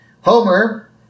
Homer